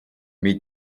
mid